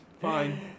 fine